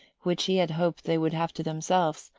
which he had hoped they would have to themselves,